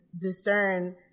discern